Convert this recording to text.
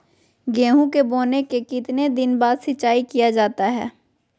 गेंहू के बोने के कितने दिन बाद सिंचाई किया जाता है?